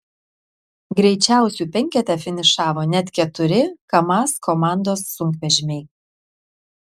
greičiausių penkete finišavo net keturi kamaz komandos sunkvežimiai